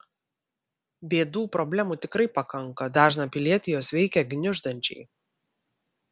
bėdų problemų tikrai pakanka dažną pilietį jos veikia gniuždančiai